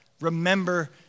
Remember